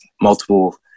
multiple